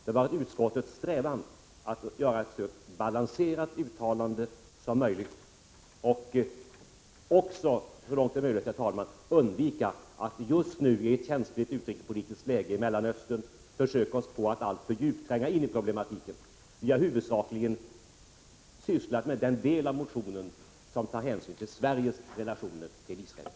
Det har varit utskottets strävan att göra ett så balanserat uttalande som möjligt och så långt som möjligt undvika att just nu, i ett känsligt utrikespolitiskt läge i Mellanöstern, försöka sig på att alltför djupt tränga in i problematiken. Vi har huvudsakligen sysslat med den del av motionen som tar hänsyn till Sveriges relationer till Israel.